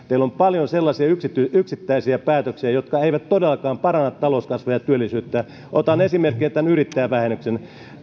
on paljon sellaisia yksittäisiä yksittäisiä päätöksiä jotka eivät todellakaan paranna talouskasvua ja työllisyyttä otan esimerkiksi yrittäjävähennyksen